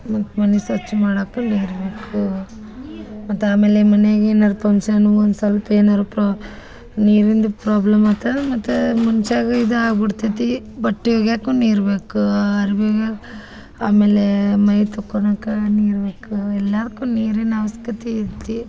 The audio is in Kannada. ಮತ್ತು ಮನೆ ಸ್ವಚ್ಛ ಮಾಡಕ್ಕೂ ನೀರು ಬೇಕು ಮತ್ತು ಆಮೇಲೆ ಮನೆಗೆ ಏನಾರೂ ಪಂಕ್ಷನು ಒಂದು ಸಲ್ಪ ಏನಾದ್ರೂ ಪ್ರಾ ನೀರಿಂದು ಪ್ರಾಬ್ಲಮ್ ಆತು ಅಂದ್ರೆ ಮತ್ತು ಮನ್ಷಗ ಇದು ಆಗಿಬಿಡ್ತೈತಿ ಬಟ್ಟೆ ಒಗಿಯಕ್ಕೂ ನೀರು ಬೇಕು ಅರ್ಬಿ ಒಗಿಯಕ್ಕೆ ಆಮೇಲೆ ಮೈ ತೊಕೊಳಕ ನೀರು ಬೇಕು ಎಲ್ಲದ್ಕೂ ನೀರಿನ ಅವಸ್ಕತೆ ಐತಿ